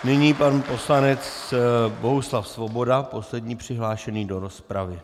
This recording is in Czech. Nyní pan poslanec Bohuslav Svoboda, poslední přihlášený do rozpravy.